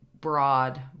broad